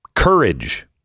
Courage